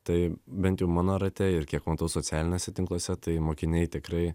tai bent jau mano rate ir kiek matau socialiniuose tinkluose tai mokiniai tikrai